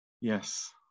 Yes